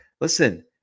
Listen